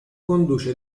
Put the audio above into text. conduce